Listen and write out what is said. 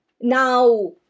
Now